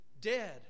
dead